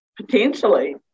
Potentially